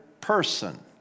person